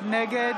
נגד